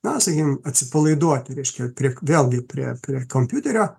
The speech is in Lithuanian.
na sakykim atsipalaiduoti reiškia prie vėlgi prie prie kompiuterio